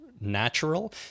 natural